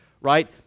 right